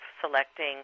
selecting